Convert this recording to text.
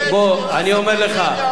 אני אומר לך,